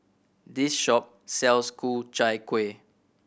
this shop sells Ku Chai Kuih